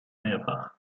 mehrfach